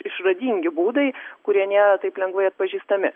išradingi būdai kurie nėra taip lengvai atpažįstami